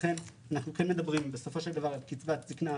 לכן אנחנו כן מדברים בסופו של דבר על קצבת זקנה,